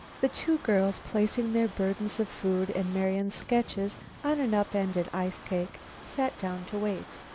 the two girls, placing their burdens of food and marian's sketches on an up-ended ice-cake, sat down to wait.